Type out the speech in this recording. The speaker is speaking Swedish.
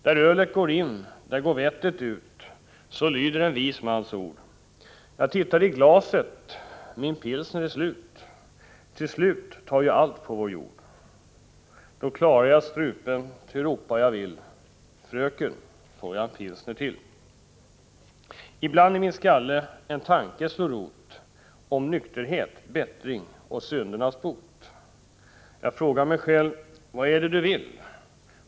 Där ölet går in där går vettet ut så lyder en vis mans ord. Jag tittar i glaset, min pilsner är slut ty slut tar ju allt på vår jord. Då klarar jag strupen, ty ropa jag vill. Fröken, får jag en pilsner till! Ibland i min skalle en tanke slår rot om nykterhet, bättring och syndernas bot. Jag frågar mig själv; vad är det du vill?